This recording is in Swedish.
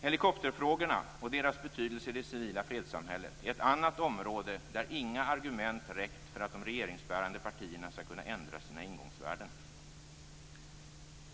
Helikopterfrågorna och deras betydelse i det civila fredssamhället är ett annat område där inga argument räckt för att de regeringsbärande partierna skall kunna ändra sina ingångsvärden.